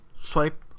swipe